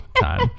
time